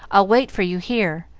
i'll wait for you here.